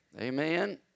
amen